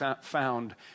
found